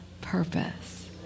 purpose